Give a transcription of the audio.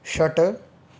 षट्